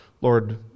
Lord